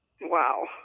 Wow